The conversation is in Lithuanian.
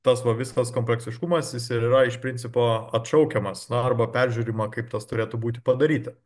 tas va visas kompleksiškumas jis yra iš principo atšaukiamas na arba peržiūrima kaip tas turėtų būti padaryta